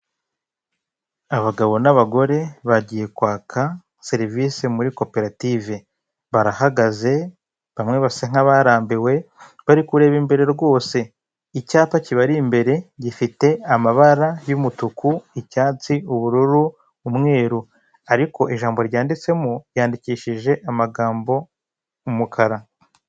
Abagabo n'abagore bagiye kwaka serivisi muri koperative. Barahagaze bamwe basa nkabarambiwe bari kureba imbere rwose; icyapa kibari imbere gifite amabara y'umutuku, icyatsi, ubururu, umweru, ariko ijambo ryanditsemo ryandikishije amagambo y'umukara.